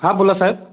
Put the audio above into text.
हां बोला साहेब